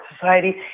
Society